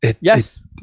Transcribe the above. Yes